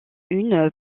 une